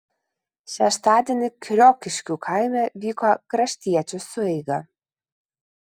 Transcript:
šeštadienį kriokiškių kaime vyko kraštiečių sueiga